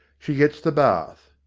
she gets the bath.